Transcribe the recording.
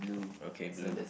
okay blue